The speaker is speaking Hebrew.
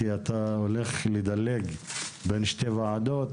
כי אתה הולך לדלג בין שתי ועדות,